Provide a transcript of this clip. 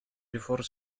before